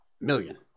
million